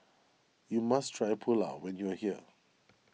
you must try Pulao when you are here